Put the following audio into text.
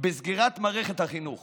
בסגירת מערכת החינוך